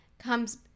comes